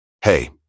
Hey